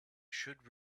should